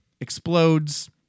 explodes